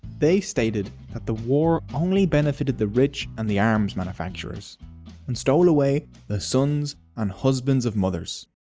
they stated that the war only benefited the rich and the arms manufactures and stole away the sons and husbands of mothers.